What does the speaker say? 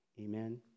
amen